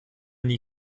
nie